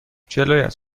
جلویت